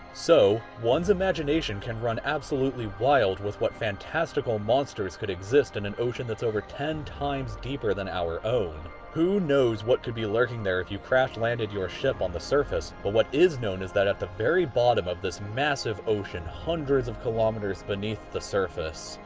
so, one's imagination can run absolutely wild with what fantastical monsters could exist in an ocean that's over ten times deeper than our own. who knows what could be lurking there if you crash landed your ship on the surface. but what is known is that at the very bottom of this massive ocean, hundreds of kilometers beneath the surface,